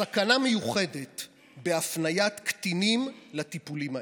סכנה מיוחדת בהפניית קטינים לטיפולים האלה,